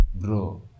bro